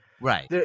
right